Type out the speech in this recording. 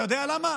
אתה יודע למה?